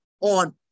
on